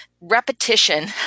repetition